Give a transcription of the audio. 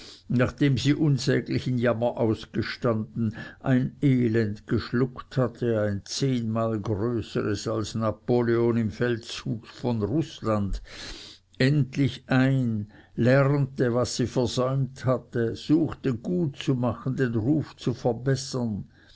nachdem sie unsäglichen jammer ausgestanden ein elend geschluckt hatte ein zehnmal größeres als napoleon im feldzug von rußland endlich ein lernte was sie versäumt hatte suchte gut zu machen den ruf zu verbessern